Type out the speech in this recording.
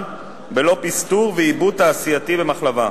בלא פסטור ועיבוד תעשייתי במחלבה.